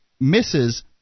misses